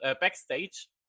Backstage